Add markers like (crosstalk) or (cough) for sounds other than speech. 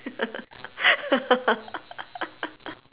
(laughs)